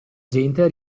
gente